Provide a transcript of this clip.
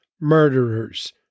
murderers